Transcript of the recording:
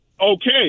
okay